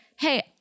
hey